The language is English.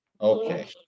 Okay